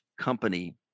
company